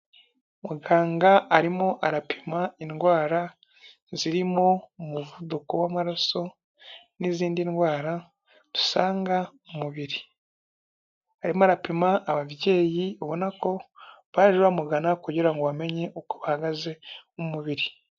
Muganga arimo arapima indwara zirimo umuvuduko w'amaraso n'izindi ndwara dusanga mu mubiri, arimo arapima ababyeyi ubona ko baje bamugana kugira ngo bamenye uko bahagaze mu mubiri.